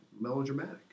melodramatic